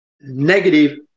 negative